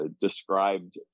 described